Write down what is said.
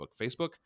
Facebook